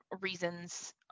reasons